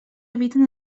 eviten